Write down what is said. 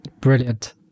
Brilliant